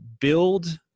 build